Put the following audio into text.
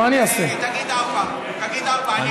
תגיד ארבע, תגיד ארבע.